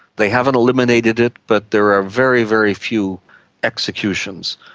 they haven't eliminated it but there are very, very few executions.